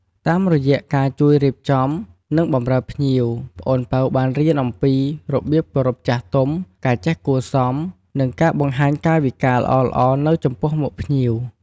តាមរយៈការជួយរៀបចំ និងបម្រើភ្ញៀវ ប្អូនពៅបានរៀនអំពីរបៀបគោរពចាស់ទុំ ការចេះគួរសម និងការបង្ហាញកាយវិការល្អៗនៅចំពោះមុខភ្ញៀវ។